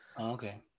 Okay